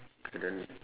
okay then